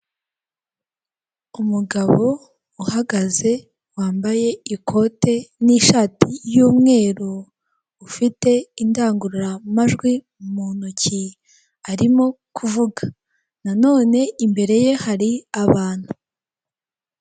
Umugabo uhagaze wambaye ikote n'ishati y'umweru ufite indangururamajwi mu ntoki arimo kuvuga nanone imbere ye hari abantu.